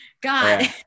God